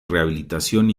rehabilitación